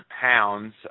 pounds